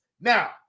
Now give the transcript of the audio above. Now